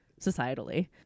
societally